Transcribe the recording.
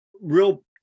real